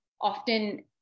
often